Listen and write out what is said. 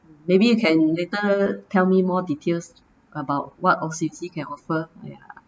maybe you can later tell me more details about what O_C_B_C can offer